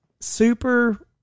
super